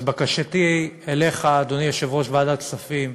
אז בקשתי אליך, אדוני יושב-ראש ועדת כספים,